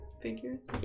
figures